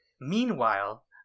Meanwhile